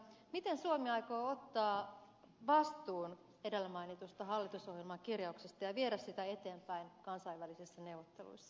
miten suomi aikoo ottaa vastuun edellä mainitusta hallitusohjelman kirjauksesta ja viedä sitä eteenpäin kansainvälisissä neuvotteluissa